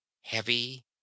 heavy